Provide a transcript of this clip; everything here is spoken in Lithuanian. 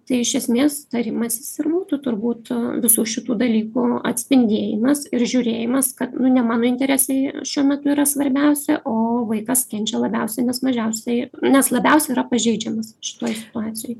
tai iš esmės tarimasis ir būtų turbūt visų šitų dalykų atspindėjimas ir žiūrėjimas kad nu ne mano interesai šiuo metu yra svarbiausi o vaikas kenčia labiausiai nes mažiausiai nes labiausiai yra pažeidžiamas šitoj situacijoj